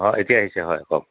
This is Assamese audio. অঁ এতিয়া আহিছে হয় কওক